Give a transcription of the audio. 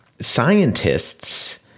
scientists